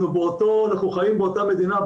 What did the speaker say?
אנחנו חיים באותה מדינה,